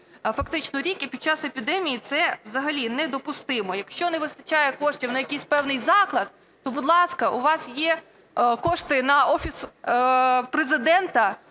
фактично рік і під час епідемії це взагалі недопустимо. Якщо не вистачає коштів на якийсь певний заклад, то, будь ласка, у вас є кошти на Офіс Президента